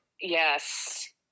yes